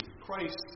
Christ